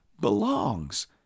belongs